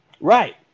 Right